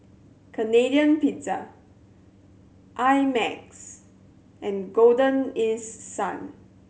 Canadian Pizza I Max and Golden East Sun